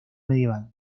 medieval